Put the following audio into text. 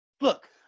Look